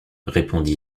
répondit